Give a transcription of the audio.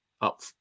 up